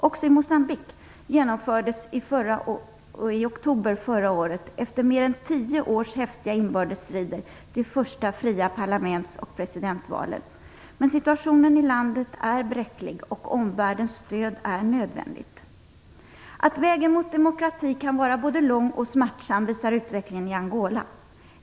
Också i Moçambique genomfördes i oktober förra året efter mer än tio års häftiga inbördesstrider de första fria parlaments och presidentvalen, men situationen i landet är bräcklig, och omvärldens stöd är nödvändigt. Att vägen mot demokrati kan vara både lång och smärtsam visar utvecklingen i Angola.